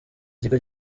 kigo